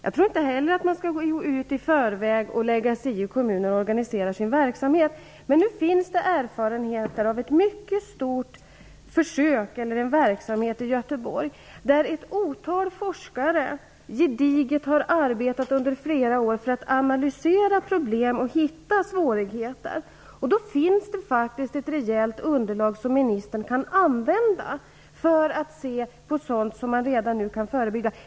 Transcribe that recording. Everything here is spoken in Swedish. Jag tror inte heller att man skall gå ut i förväg och lägga sig i hur kommuner organiserar sin verksamhet. Men nu finns det erfarenheter av en mycket stor verksamhet i Göteborg, där ett otal forskare gediget har arbetat under flera år för att analysera problem och hitta svårigheter. Det finns alltså ett rejält underlag som ministern kan använda för att se sådant som man redan nu kan förebygga.